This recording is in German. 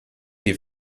die